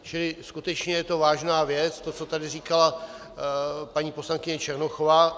Čili skutečně je vážná věc to, co tady říkala paní poslankyně Černochová.